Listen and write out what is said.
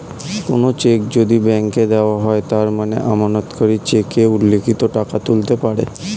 কোনো চেক যদি ব্যাংকে দেওয়া হয় তার মানে আমানতকারী চেকে উল্লিখিত টাকা তুলতে পারে